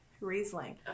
Riesling